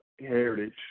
Heritage